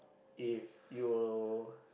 if you